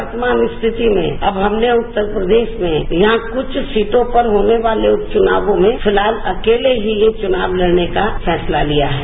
वर्तमान स्थिति में अब हमने उत्तर प्रदेश में यहां कुछ सीटों पर होने वाले उपचुनावों में फिलहाल अकले ही ये चुनाव लड़ने का फैसला लिया है